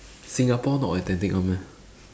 singapore not authentic one meh